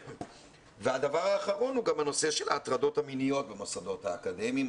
והדבר האחרון הוא גם הנושא של ההטרדות המיניות במוסדות האקדמיים.